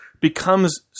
becomes